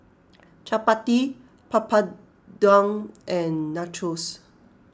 Chapati Papadum and Nachos